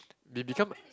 they become